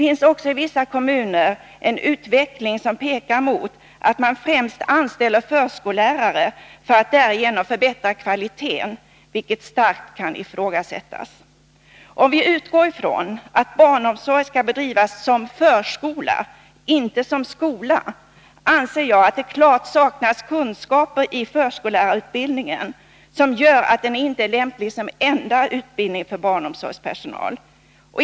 I vissa kommuner pekar utvecklingen mot att man främst anställer förskollärare för att därigenom förbättra kvaliteten, vilket starkt kan ifrågasättas. Om utgångspunkten är att barnomsorg skall bedrivas som förskola, inte som skola, anser jag att det klart saknas kunskaper i förskollärarutbildningen, vilket gör att denna inte är lämplig som enda utbildning för barnomsorgspersonal.